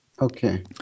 Okay